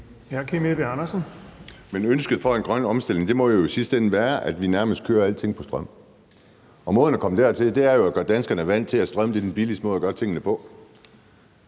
Men ønsket for en grøn omstilling må jo i sidste ende være, at vi nærmest kører alting på strøm, og måden at komme dertil er jo at gøre danskerne vant til, at strømmen er den billigste måde at gøre tingene på.